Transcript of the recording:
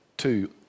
two